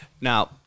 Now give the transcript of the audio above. now